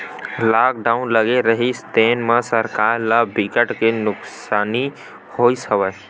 lockdown लगे रिहिस तेन म सरकार ल बिकट के नुकसानी होइस हवय